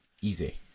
easy